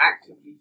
actively